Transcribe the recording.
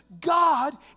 God